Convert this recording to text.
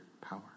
power